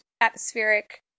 atmospheric